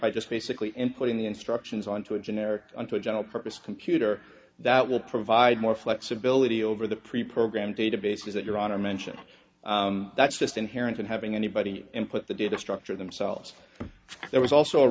i just basically inputting the instructions onto a generic onto a general purpose computer that will provide more flexibility over the preprogramed databases that you're on to mention that's just inherent in having anybody input the data structure themselves there was also a